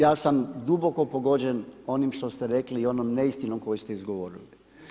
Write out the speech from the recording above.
Ja sam duboko pogođen onim što ste rekli i onom neistinom koju ste izgovorili.